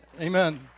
amen